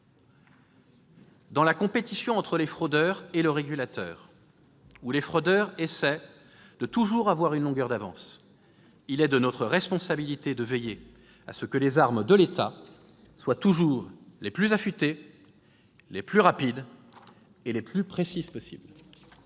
Dans la compétition entre les fraudeurs et le régulateur, où les fraudeurs essaient d'avoir en permanence une longueur d'avance, il est de notre responsabilité de veiller à ce que les armes de l'État soient toujours les plus affûtées, les plus rapides et les plus précises possible.